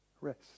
rest